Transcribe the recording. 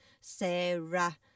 Sarah